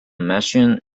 machine